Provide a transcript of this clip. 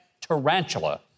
tarantula